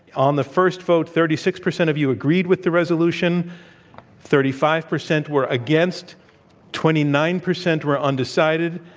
on the first vote, thirty six percent of you agreed with the resolution thirty five percent were against twenty nine percent were undecided.